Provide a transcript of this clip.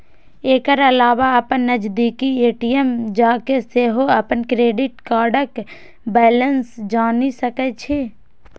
एकर अलावा अपन नजदीकी ए.टी.एम जाके सेहो अपन क्रेडिट कार्डक बैलेंस जानि सकै छी